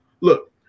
Look